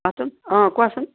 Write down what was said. কওকচোন অঁ কোৱাচোন